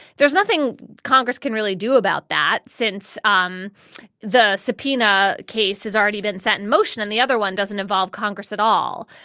there's nothing congress can really do about that since um the subpoena case has already been set in motion and the other one doesn't involve congress at all.